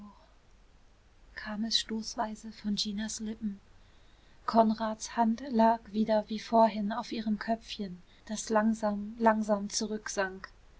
kam es stoßweise von ginas lippen konrads hand lag wieder wie vorhin auf ihrem köpfchen das langsam langsam